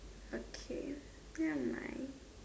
okay never mind